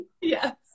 yes